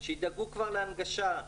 שידאגו כבר להנגשה.